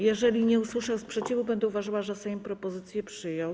Jeżeli nie usłyszę sprzeciwu, będę uważała, że Sejm propozycję przyjął.